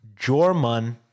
Jorman